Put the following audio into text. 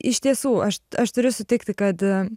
iš tiesų aš aš turiu sutikti kad